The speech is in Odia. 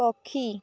ପକ୍ଷୀ